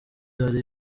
hari